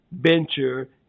venture